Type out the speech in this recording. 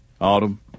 Autumn